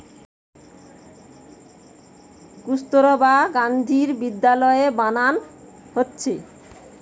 কস্তুরবা গান্ধী বিদ্যালয় বানানা হচ্ছে